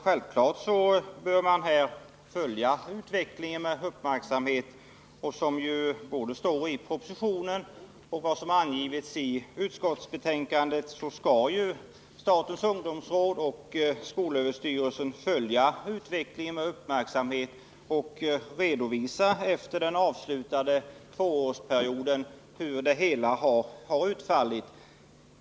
Självfallet bör man följa utvecklingen med uppmärksamhet, och det anges ju både i propositionen och i utskottsbetänkandet att statens ungdomsråd och skolöverstyrelsen skall göra det och att de efter en tvåårsperiod skall redovisa hur det hela har utfallit.